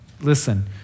Listen